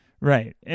Right